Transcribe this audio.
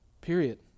Period